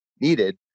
needed